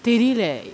தெரியில:theriyila leh